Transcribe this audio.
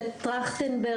כמו ועדת טרכטנברג,